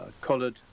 coloured